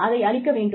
அதை அளிக்க வேண்டும்